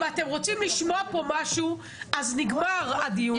אם אתם רוצים לשמוע פה משהו אז נגמר הדיון ככה.